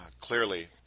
clearly